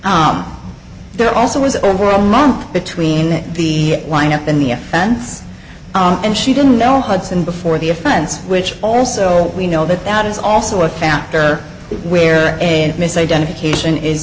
ahm there also was over a month between the lineup and the offense and she didn't know hudson before the offense which also we know that that is also a factor where a miss identification is